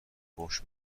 فحش